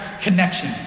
connection